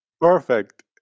perfect